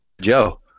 Joe